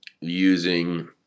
using